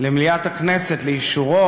למליאת הכנסת לאישור,